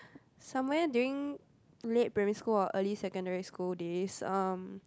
somewhere during late primary school or early secondary school days um